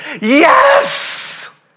Yes